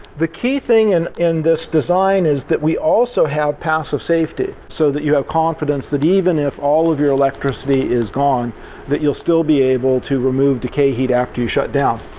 the key thing and in this design is that we also have passive safety so that you have confidence that even if all of your electricity is gone that you'll still be able to remove decay heat after shutdown.